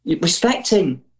respecting